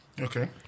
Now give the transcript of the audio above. Okay